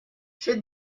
she